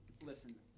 Listen